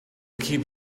keep